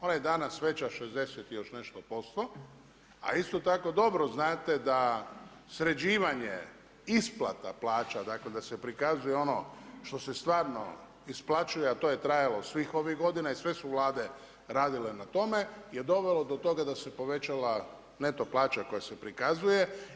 Ona je danas veća 60 i još nešto posto, a isto tako dobro znate da sređivanje isplata plaća da se prikazuje ono što se stvarno isplaćuje, a to je trajalo svih ovih godina i sve su Vlade radile na tome, je dovelo do toga da se povećala neto plaća koja se prikazuje.